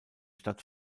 stadt